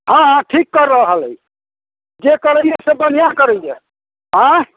हँ हँ ठीक कर रहल अइ जे करैया से बढ़िआँ करैया आय